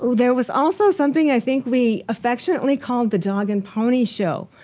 there was also something i think we affectionately called the dog and pony show,